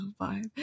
vibe